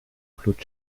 claude